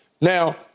Now